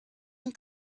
and